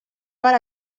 per